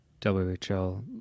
WHL